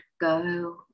go